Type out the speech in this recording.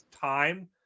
time